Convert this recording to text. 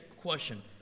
question